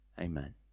amen